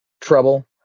trouble